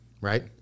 right